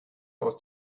aus